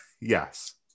yes